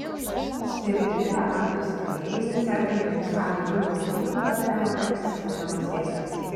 spiritiniu levandos aliejumi sergantiems sąnarių reumatu patariama tepti skaudamas vietas